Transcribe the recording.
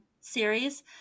series